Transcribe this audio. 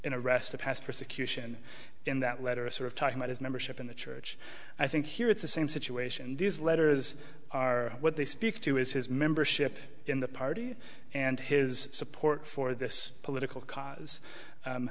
a rest of past persecution in that letter a sort of talking about his membership in the church i think here it's the same situation these letters are what they speak to is his membership in the party and his support for this political cause